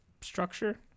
structure